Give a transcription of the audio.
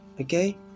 okay